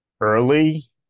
Early